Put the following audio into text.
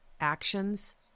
actions